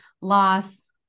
loss